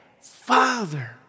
Father